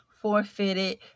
forfeited